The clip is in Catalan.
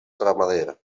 ramader